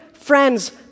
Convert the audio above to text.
Friends